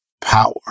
power